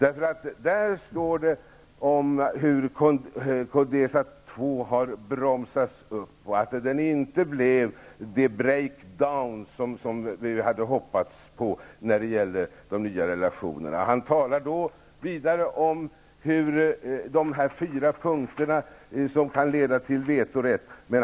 Han talade om att Codesa 2 har bromsats och att det inte blev det ''breakdown'' som vi hade hoppats på när det gäller de nya relationerna. Han talade vidare om de fyra punkterna som kan leda till vetorätt.